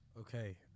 Okay